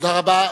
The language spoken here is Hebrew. תודה רבה.